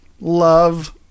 love